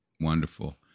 Wonderful